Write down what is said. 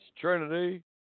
Trinity